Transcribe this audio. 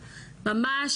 ממש,